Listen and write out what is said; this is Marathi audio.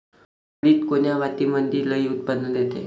उडीद कोन्या मातीमंदी लई उत्पन्न देते?